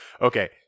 Okay